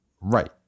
Right